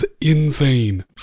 insane